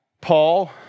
Paul